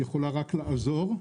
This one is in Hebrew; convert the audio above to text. יכולה רק לעזור.